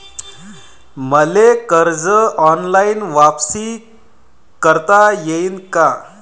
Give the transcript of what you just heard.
मले कर्ज ऑनलाईन वापिस करता येईन का?